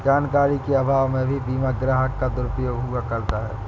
जानकारी के अभाव में भी बीमा ग्राहक का दुरुपयोग हुआ करता है